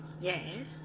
Yes